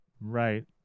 Right